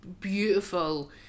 beautiful